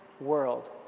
world